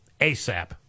asap